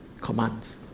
commands